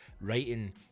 writing